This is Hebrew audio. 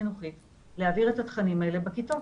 החינוכית להעביר את התכנים האלה בכיתות.